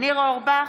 ניר אורבך,